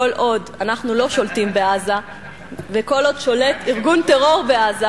כל עוד אנחנו לא שולטים בעזה וכל עוד שולט ארגון טרור בעזה,